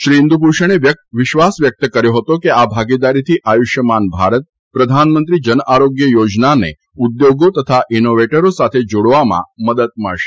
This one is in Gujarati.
શ્રી ઇન્દુભૂષણે વિશ્વાસ વ્યક્ત કર્યો હતો કે આ ભાગીદારીથી આયુષ્માન ભારત પ્રધાનમંત્રી જનઆરોગ્ય યોજનાને ઉદ્યોગો તથા ઇનોવેટરો સાથે જાડવામાં મદદ મળશે